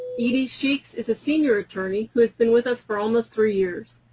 edie sheeks is a senior attorney who has been with us for almost three years.